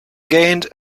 gained